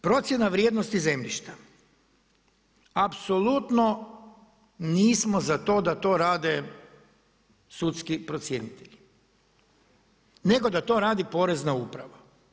Procjena vrijednosti zemljišta, apsolutno nismo za to da to rade sudski procjenitelji nego da to radi Porezna uprava.